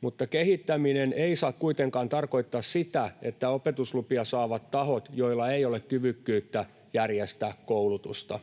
mutta kehittäminen ei saa kuitenkaan tarkoittaa sitä, että opetuslupia saavat tahot, joilla ei ole kyvykkyyttä järjestää koulutusta.